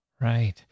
right